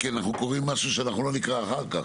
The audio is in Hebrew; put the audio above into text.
כי אנחנו קוראים משהו שאנחנו לא נקרא אחר כך.